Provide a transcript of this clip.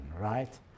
right